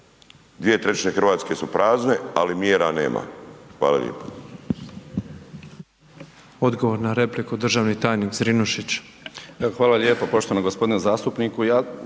2/3 Hrvatske su prazne ali mjera nema. Hvala lijepa.